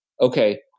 okay